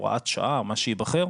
הוראת שעה או מה שייבחר,